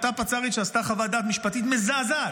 אותה פצ"רית שעשתה חוות דעת משפטית מזעזעת,